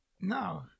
No